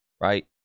right